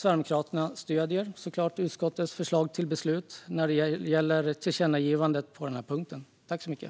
Sverigedemokraterna stöder utskottets förslag vad gäller tillkännagivandet på denna punkt.